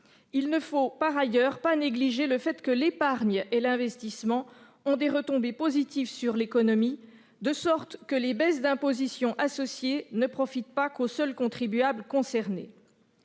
Il ne faut par ailleurs pas négliger le fait que l'épargne et l'investissement ont des retombées positives sur l'économie, de sorte que les baisses d'imposition associées ne profitent pas qu'aux seuls contribuables concernés.